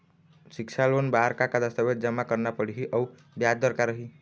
सिक्छा लोन बार का का दस्तावेज जमा करना पढ़ही अउ ब्याज दर का रही?